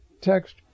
text